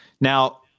Now